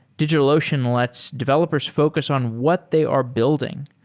digitalocean lets developers focus on what they are building.